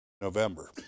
November